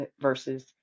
versus